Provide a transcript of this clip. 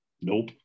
nope